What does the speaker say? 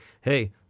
hey